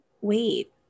Wait